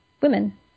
women